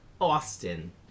Austin